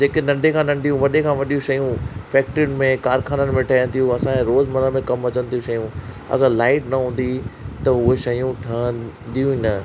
जेके नंढे खां नंढ़ीयूं वॾे खा वॾिय़ूं शयूं फैक्टरियुनि में कारख़ाननि में ठहनि थियूं असांजे रोज़मरह में कमु अचनि थियूं शयूं अगरि लाइट न हूंदी त उहे शयूं ठहंदियूं ई न